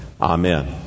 Amen